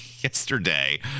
yesterday